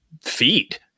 feed